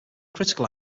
critical